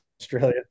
Australia